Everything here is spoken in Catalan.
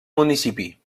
municipi